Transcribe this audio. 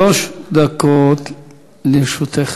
שלוש דקות לרשותך,